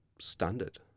standard